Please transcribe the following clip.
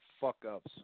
fuck-ups